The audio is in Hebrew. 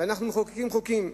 ואנחנו מחוקקים חוקים.